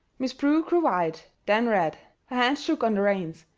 miss prue grew white, then red. her hands shook on the reins.